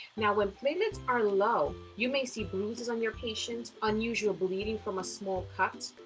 yeah when platelets are low you may see bruises on your patient, unusual bleeding from a small cut,